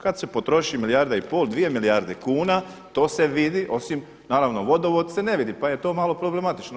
Kada se potroši milijarda i pol, dvije milijarde kuna to se vidi osim naravno vodovod se ne vidi pa je to malo problematično.